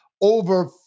over